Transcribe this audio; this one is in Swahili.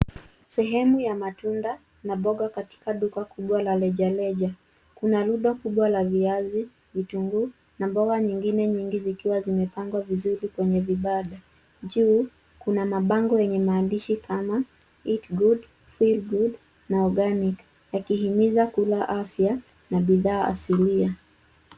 Sehemu ya matunda na mboga katika duka kubwa la rejareja. Kuna rundo kubwa la viazi, vitunguu na mboga nyingine zikiwa zimepangwa vizuri kwenye vianda. Juu kna mabango yenye maandishi kama eat good, feel good na organic wakihimiza kula afya na bidhaa asilia.